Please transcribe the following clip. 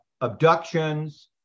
abductions